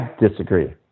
disagree